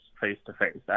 face-to-face